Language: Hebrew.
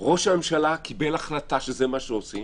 אומרים שראש הממשלה קיבל החלטה שזה מה שעושים